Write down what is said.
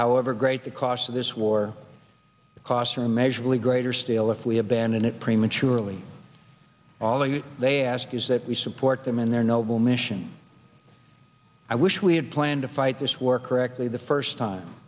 however great the cost of this war costs are immeasurably greater still if we abandon it prematurely all they ask is that we support them in their noble mission i wish we had planned to fight this war correctly the first time